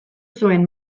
zuen